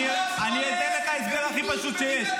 אני אתן לך הסבר הכי פשוט שיש.